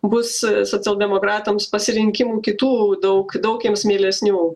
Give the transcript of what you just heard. bus socialdemokratams pasirinkimų kitų daug daug jiems mielesnių